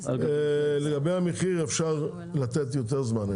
לגבי המחיר אפשר לתת יותר זמן.